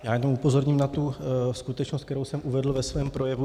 Já jenom upozorním na tu skutečnost, kterou jsem uvedl ve svém projevu.